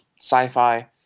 Sci-Fi